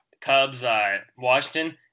Cubs-Washington